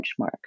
benchmark